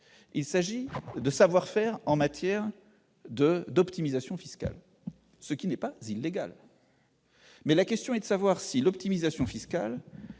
plus loin -de savoir-faire en matière d'optimisation fiscale, ce qui n'est pas illégal. La question est de savoir si l'optimisation fiscale